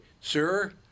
sir